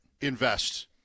invest